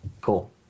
cool